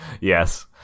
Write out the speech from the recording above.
Yes